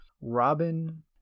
Robin